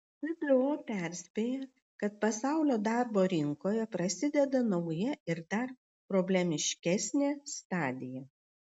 tdo perspėja kad pasaulio darbo rinkoje prasideda nauja ir dar problemiškesnė stadija